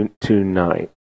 tonight